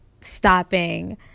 stopping